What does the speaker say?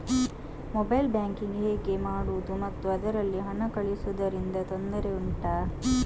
mobile banking ಹೇಗೆ ಮಾಡುವುದು ಮತ್ತು ಅದರಲ್ಲಿ ಹಣ ಕಳುಹಿಸೂದರಿಂದ ತೊಂದರೆ ಉಂಟಾ